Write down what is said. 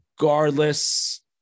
regardless